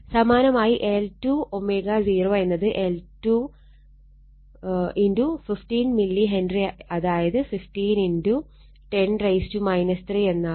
സമാനമായി L2 ω0 എന്നത് L2 15 milli henry അതായത് 15 10 3 എന്നാവും